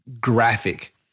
graphic